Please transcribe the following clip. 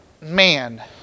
man